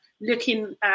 looking